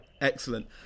Excellent